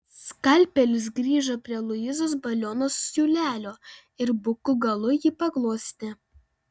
skalpelis grįžo prie luizos baliono siūlelio ir buku galu jį paglostė